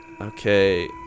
okay